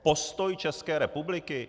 Postoj České republiky?